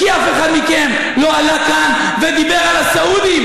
כי אף אחד מכם לא עלה כאן ודיבר על הסעודים